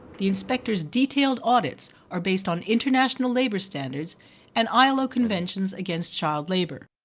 the inspectors' detailed audits are based on international labour standards and ilo conventions against child labour.